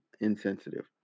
insensitive